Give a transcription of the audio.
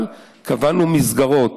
אבל קבענו מסגרות: